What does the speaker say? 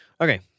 Okay